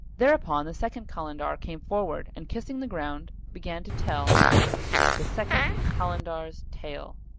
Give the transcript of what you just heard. thereupon the second kalandar came forward and, kissing the ground, began to tell the second kalandar's tale.